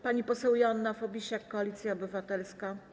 Pani poseł Joanna Fabisiak, Koalicja Obywatelska.